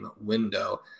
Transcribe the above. window